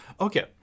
Okay